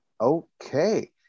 okay